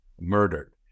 murdered